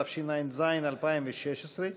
התשע"ז 2017,